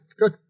Good